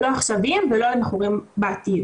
לא עכשיויים ולא מכורים בעתיד.